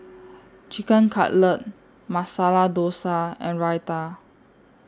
Chicken Cutlet Masala Dosa and Raita